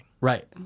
Right